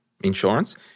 insurance